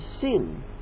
sin